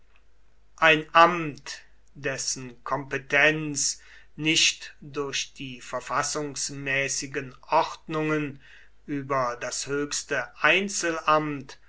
ein amt dessen kompetenz nicht durch die verfassungsmäßigen ordnungen über das höchste